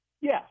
yes